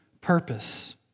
purpose